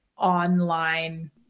online